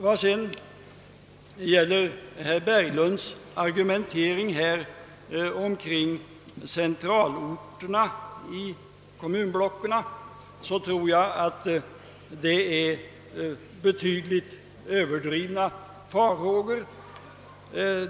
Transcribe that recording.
Vad gäller herr Berglunds argumentering rörande centralorterna i kommunblocken tror jag att han hyser betydligt överdrivna farhågor.